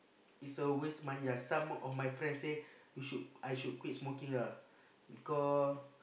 is a waste money lah some of my friend say you should I should quit smoking lah because